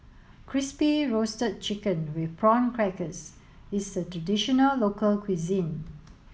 crispy roasted chicken with prawn crackers is a traditional local cuisine